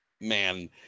man